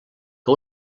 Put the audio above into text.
que